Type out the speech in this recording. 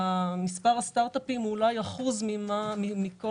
מספר הסטרט-אפים הוא אולי אחוז מכל